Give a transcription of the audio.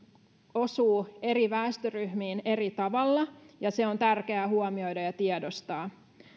osuu eri väestöryhmiin eri tavalla ja se on tärkeää huomioida ja tiedostaa